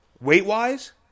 Weight-wise